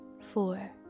four